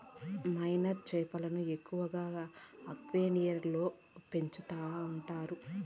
marine చేపలను ఎక్కువగా అక్వేరియంలలో పెంచుకుంటారు